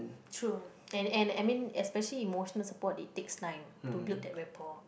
true and and I mean especially emotional support it takes time to build that rapport